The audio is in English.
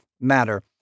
matter